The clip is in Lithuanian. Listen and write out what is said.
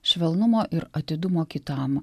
švelnumo ir atidumo kitam